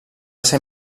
ser